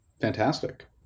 Fantastic